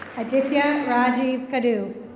aditya rajiv radu.